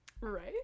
Right